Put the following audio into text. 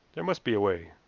there must be a way.